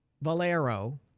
Valero